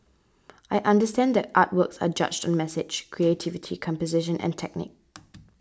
I understand that artworks are judged on message creativity composition and technique